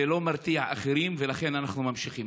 זה לא מרתיע אחרים, ולכן אנחנו ממשיכים.